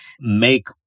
make